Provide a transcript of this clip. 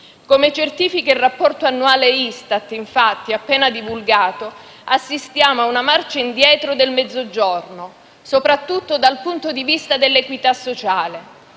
Come certifica il rapporto annuale ISTAT, infatti, appena divulgato, assistiamo a una marcia indietro del Mezzogiorno, soprattutto dal punto di vista dell'equità sociale